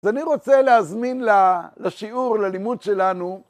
אז אני רוצה להזמין לשיעור, ללימוד שלנו.